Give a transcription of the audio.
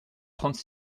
trente